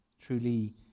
truly